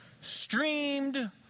streamed